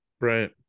Right